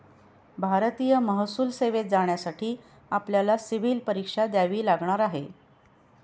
भारतीय महसूल सेवेत जाण्यासाठी आपल्याला सिव्हील परीक्षा द्यावी लागणार आहे